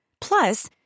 Plus